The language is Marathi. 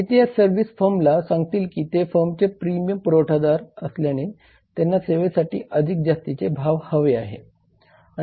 आणि ते या सर्व्हिस फर्मला सांगतील की ते फर्मचे प्रीमियम पुरवठादार असल्याने त्यांना सेवेसाठी अधिक जास्तीचे भाव हवे आहेत